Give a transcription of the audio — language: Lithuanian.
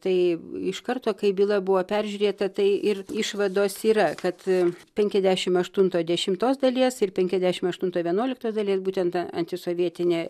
tai iš karto kai byla buvo peržiūrėta tai ir išvados yra kad penkiasdešim aštunto dešimtos dalies ir penkiasdešim aštunto vienuoliktos dalies būtent ta antisovietinė